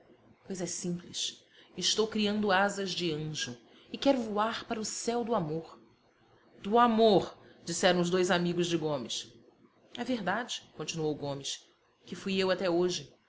pois é simples estou criando asas de anjo e quero voar para o céu do amor do amor disseram os dois amigos de gomes é verdade continuou gomes que fui eu até hoje